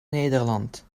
nederland